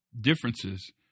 differences